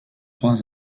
trois